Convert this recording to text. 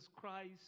Christ